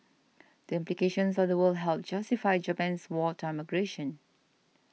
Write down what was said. the implications of the word helped justify Japan's wartime aggression